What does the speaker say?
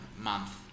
month